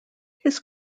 his